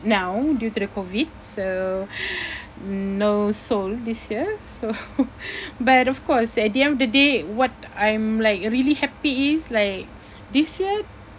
now due to the COVID so no Seoul this year so but of course at the end of the day what I'm like really happy is like this year